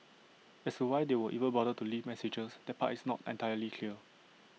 as to why they would even bother to leave messages that part is not entirely clear